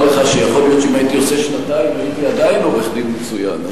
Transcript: אומר לך שיכול להיות שאם הייתי עושה שנתיים הייתי עדיין עורך-דין מצוין.